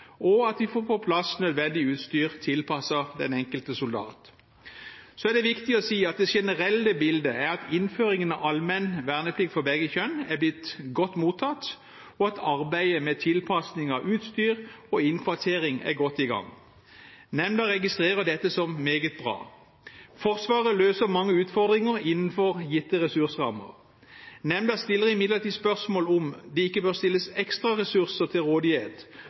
og at vi får på plass nødvendig utstyr tilpasset den enkelte soldat. Så er det viktig å si at det generelle bildet er at innføringen av allmenn verneplikt for begge kjønn er blitt godt mottatt, og at arbeidet med tilpasning av utstyr og innkvartering er godt i gang. Nemnda registrerer dette som meget bra. Forsvaret løser mange utfordringer innenfor gitte ressursrammer. Nemnda stiller imidlertid spørsmål om det ikke bør stilles ekstra ressurser til rådighet,